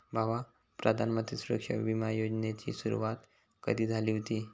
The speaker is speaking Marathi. भावा, प्रधानमंत्री सुरक्षा बिमा योजनेची सुरुवात कधी झाली हुती